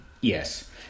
Yes